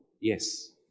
yes